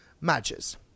matches